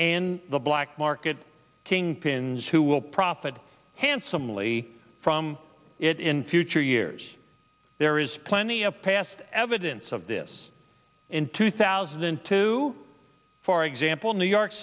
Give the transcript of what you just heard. and the black market kingpins who will profit handsomely from it in future years there is plenty of past evidence of this in two thousand and two for example new york